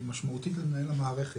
היא משמעותית למנהל המערכת.